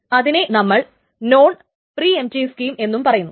അതിനെ നമ്മൾ non preemptive scheme എന്നും പറയുന്നു